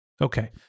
Okay